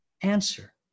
answer